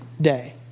day